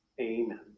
Amen